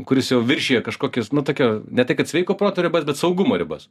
kuris jau viršija kažkokius nu tokią ne tai kad sveiko proto ribas bet saugumo ribas